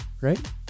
right